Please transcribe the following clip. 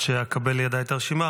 עד שאקבל לידיי את הרשימה,